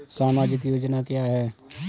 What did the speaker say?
सामाजिक योजना क्या है?